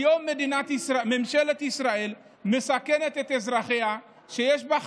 היום ממשלת ישראל מסכנת את אזרחיה כשיש בה חברים,